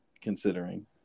considering